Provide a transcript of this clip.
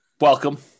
Welcome